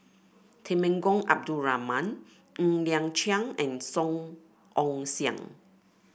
Temenggong Abdul Rahman Ng Liang Chiang and Song Ong Siang